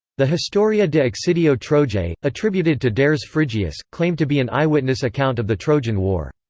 the historia de excidio trojae, attributed to dares phrygius, claimed to be an eyewitness account of the trojan war.